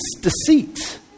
deceit